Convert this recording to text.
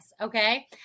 Okay